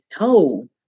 no